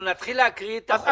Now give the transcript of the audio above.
אנחנו נתחיל להקריא את החוק.